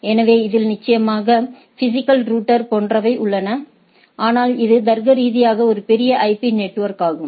எனவே இதில் நிச்சயமாக பிஸிக்கல் ரௌட்டர் போன்றவை உள்ளன ஆனால் இது தர்க்கரீதியாக ஒரு பெரிய ஐபி நெட்வொர்க் ஆகும்